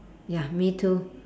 ya me too